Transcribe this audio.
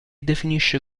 definisce